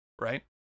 right